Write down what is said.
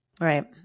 Right